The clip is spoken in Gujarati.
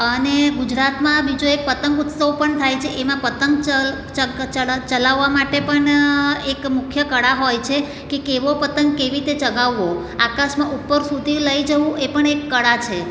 અને ગુજરાતમાં બીજો એક પતંગ ઉત્સવ પણ થાય છે એમાં પતંગ ચગાવવા માટે પણ એક મુખ્ય કળા હોય છે કે કેવો પતંગ કેવી રીતે ચગાવવો આકાશમાં ઉપર સુધી લઈ જવું એ પણ એક કળા છે